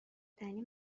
دنی